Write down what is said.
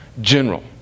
general